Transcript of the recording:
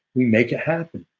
we make it happen.